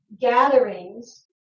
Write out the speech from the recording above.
gatherings